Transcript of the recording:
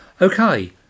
Okay